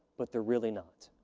but they're really not.